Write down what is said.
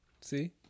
See